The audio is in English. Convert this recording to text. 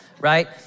right